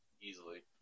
easily